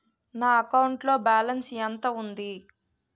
నా అకౌంట్ లో బాలన్స్ ఎంత ఉంది?